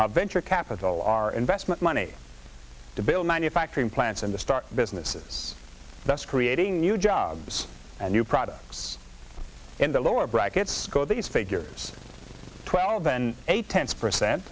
of venture capital or investment money to build manufacturing plants and to start businesses that's creating new jobs and new products in the lower brackets go these figures of twelve and eight pence per cent